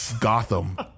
Gotham